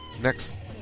Next